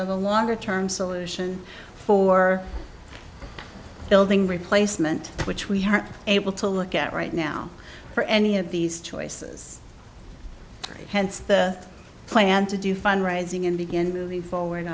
of a longer term solution for building replacement which we are able to look at right now for any of these choices hence the plan to do fund raising and begin moving forward